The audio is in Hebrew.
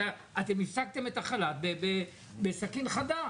אתם הפסקתם את החל"ת בסכין חדה.